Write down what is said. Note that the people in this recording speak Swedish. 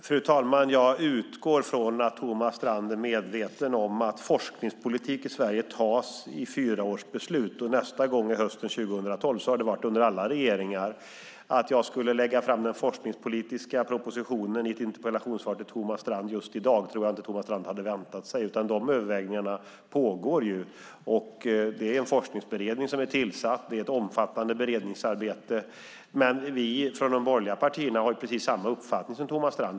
Fru talman! Jag utgår från att Thomas Strand är medveten om att det när det gäller forskningspolitik i Sverige är fyraårsbeslut - nästa gång är hösten 2012. Så har det varit under alla regeringar. Att jag skulle lägga fram den forskningspolitiska propositionen i ett interpellationssvar till Thomas Strand just i dag tror jag inte att Thomas Strand hade väntat sig. De här övervägningarna pågår, och en forskningsberedning är tillsatt. Det är ett omfattande beredningsarbete. Men vi från de borgerliga partierna har precis samma uppfattning som Thomas Strand.